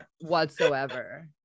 whatsoever